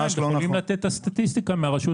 אתם יכולים להוציא את הסטטיסטיקה מרשות